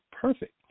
perfect